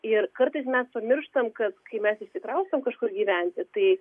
ir kartais mes pamirštam kad kai mes išsikraustom kažkur gyventi tai